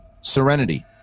Serenity